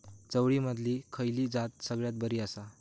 चवळीमधली खयली जात सगळ्यात बरी आसा?